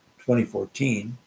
2014